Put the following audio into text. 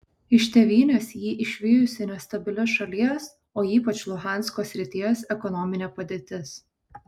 iš tėvynės jį išvijusi nestabili šalies o ypač luhansko srities ekonominė padėtis